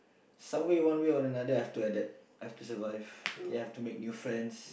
someway one way or another I've to adapt I've to survive you have to make new friends